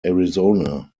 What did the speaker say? arizona